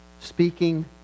Speaking